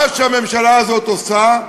מה שהממשלה הזאת עושה,